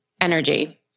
energy